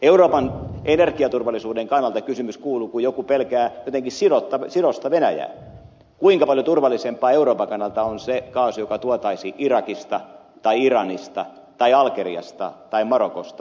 euroopan energiaturvallisuuden kannalta kysymys kuuluu kun joku pelkää jotenkin sidosta venäjään kuinka paljon turvallisempaa euroopan kannalta on se kaasu joka tuotaisiin irakista tai iranista tai algeriasta tai marokosta